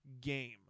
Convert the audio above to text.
game